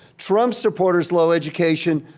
trump supporters, low education,